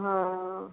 অঁ